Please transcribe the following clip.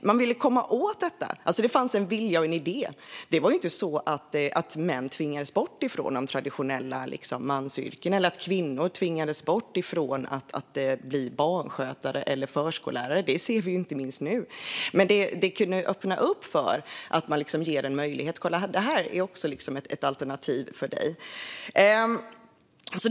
Man ville komma åt detta. Det fanns en vilja och en idé. Det var inte så att män tvingades bort från de traditionella mansyrkena eller att kvinnor tvingades bort från att bli barnskötare eller förskollärare; detta ser vi ju inte minst nu. Det kunde dock öppna upp för att ge en möjlighet och visa på alternativ.